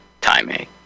timing